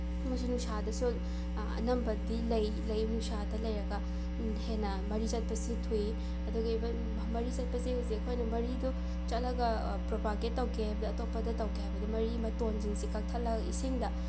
ꯃꯣꯏꯁꯨ ꯅꯨꯡꯁꯥꯗꯁꯨ ꯑꯅꯝꯕꯗꯤ ꯅꯨꯡꯁꯥꯗ ꯂꯩꯔꯒ ꯍꯦꯟꯅ ꯃꯔꯤ ꯆꯠꯄꯁꯤ ꯊꯨꯏ ꯑꯗꯨꯒ ꯏꯚꯟ ꯃꯔꯤ ꯆꯠꯄꯁꯦ ꯍꯧꯖꯤꯛ ꯑꯩꯈꯣꯏꯅ ꯃꯔꯤꯗꯣ ꯆꯠꯂꯒ ꯄ꯭ꯔꯣꯄꯥꯒꯦꯠ ꯇꯧꯒꯦ ꯍꯥꯏꯕꯗ ꯑꯇꯣꯞꯄꯗ ꯇꯧꯒꯦ ꯍꯥꯏꯕꯗ ꯃꯔꯤ ꯑꯇꯣꯟꯁꯤꯡꯁꯦ ꯀꯛꯊꯠꯂꯒ ꯏꯁꯤꯡꯗ